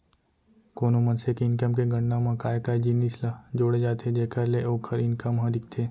कोनो मनसे के इनकम के गणना म काय काय जिनिस ल जोड़े जाथे जेखर ले ओखर इनकम ह दिखथे?